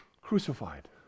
crucified